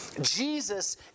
Jesus